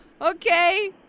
Okay